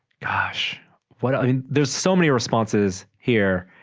gosh well i mean there's so many responses here